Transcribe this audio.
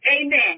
Amen